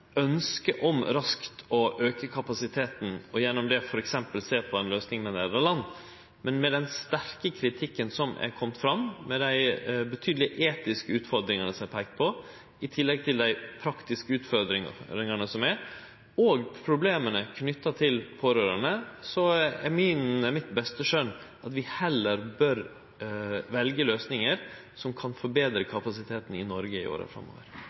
om raskt å auke kapasiteten og gjennom det t.d. sjå på ei løysing med Nederland, men etter den sterke kritikken som er komen fram og med dei betydelege etiske utfordringane som det er peika på, i tillegg til dei praktiske utfordringane og problema knytte til pårørande, bør vi etter mitt skjønn heller velje løysingar som kan betre kapasiteten i Noreg i åra framover.